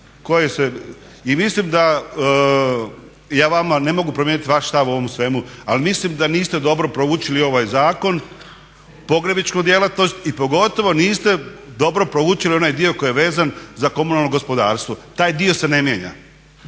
I mislim da ja vama ne mogu promijeniti vaš stav o ovom svemu, ali mislim da niste dobro proučili ovaj zakon, pogrebničku djelatnost i pogotovo niste dobro proučili onaj dio koji je vezan za komunalno gospodarstvo. Taj dio se ne mijenja.